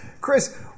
Chris